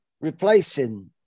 replacing